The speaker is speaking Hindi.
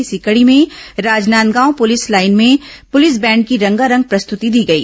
इसी कड़ी में राजनांदगांव पुलिस लाईन में पुलिस बैंड की रंगारंग प्रस्तुति दी गई